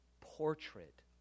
portrait